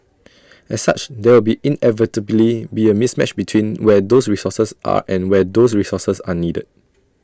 as such there will inevitably be A mismatch between where those resources are and where those resources are needed